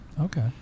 Okay